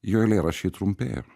jo eilėraščiai trumpėja